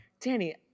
Danny